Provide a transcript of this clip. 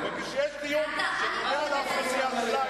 וכשיש דיון שנוגע לאוכלוסייה,